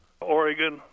Oregon